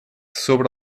sob